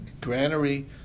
Granary